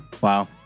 Wow